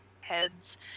heads